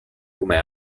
come